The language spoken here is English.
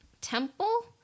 temple